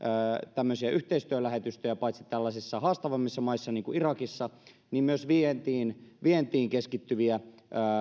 tämmöisiä yhteistyölähetystöjä tällaisissa haastavammissa maissa niin kuin irakissa myös vientiin vientiin keskittyviä